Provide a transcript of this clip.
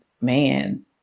man